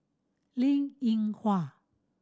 Linn In Hua